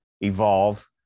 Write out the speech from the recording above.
evolve